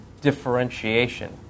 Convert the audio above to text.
differentiation